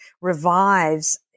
revives